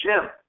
Jim